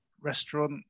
restaurant